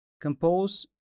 compose